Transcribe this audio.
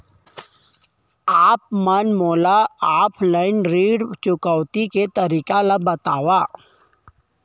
आप मन मोला ऑफलाइन ऋण चुकौती के तरीका ल बतावव?